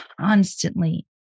constantly